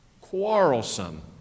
quarrelsome